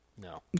No